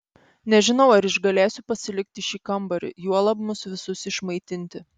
nežinau ar išgalėsiu pasilikti šį kambarį juolab mus visus išmaitinti